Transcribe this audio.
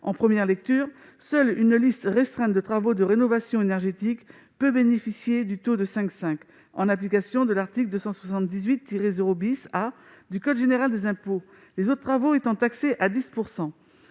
en première lecture, seule une liste restreinte de travaux de rénovation énergétique peut bénéficier du taux de 5,5 % en application de l'article 278-0 A du code général des impôts, les autres travaux étant taxés à 10 %.